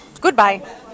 Goodbye